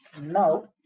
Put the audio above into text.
Now